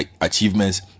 achievements